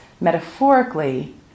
metaphorically